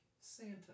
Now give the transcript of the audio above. Santa